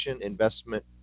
investment